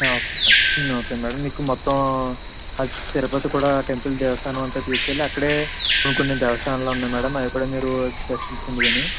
okay okay madam మీకు మొత్తం తిరుపతి కూడా టెంపుల్ దేవస్థానం అంతా తీసుకువెళ్లి అక్కడే ఇంకొన్ని దేవస్థానాలు ఉన్నాయి మ్యాడమ్ అది కూడా మీరు దర్శించుకుందురుగానీ